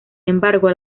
embargo